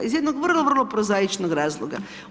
Iz jednog vrlo, vrlo prozaičnog razloga.